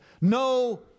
No